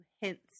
hints